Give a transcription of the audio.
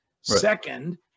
Second